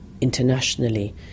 internationally